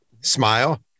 smile